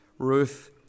Ruth